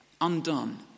undone